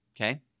okay